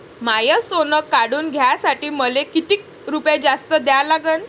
माय सोनं काढून घ्यासाठी मले कितीक रुपये जास्त द्या लागन?